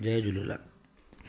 Jay Jhulelal